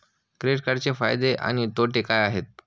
Credit कार्डचे फायदे आणि तोटे काय आहेत?